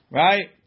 right